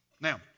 Now